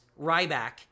Ryback